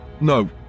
No